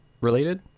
related